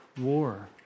war